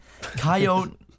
Coyote